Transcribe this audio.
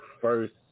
first